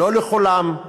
לא לכולם,